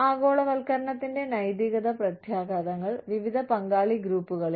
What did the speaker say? ആഗോളവൽക്കരണത്തിന്റെ നൈതിക പ്രത്യാഘാതങ്ങൾ വിവിധ പങ്കാളി ഗ്രൂപ്പുകളിൽ